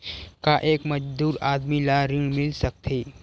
का एक मजदूर आदमी ल ऋण मिल सकथे?